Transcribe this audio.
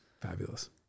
Fabulous